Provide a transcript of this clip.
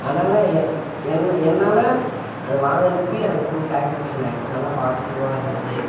அதனால் எ என்ன என்னால் அது வாங்கினதுக்கு எனக்கு ஃபுல் சாக்ட்டிஃபேஷன் ஆகிடுச்சு நல்லா பாசிட்டிவாக இருந்துச்சு